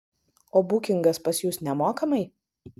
o bukingas pas jus nemokamai